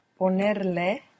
ponerle